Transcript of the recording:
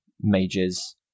mages